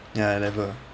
ya I never